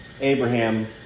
Abraham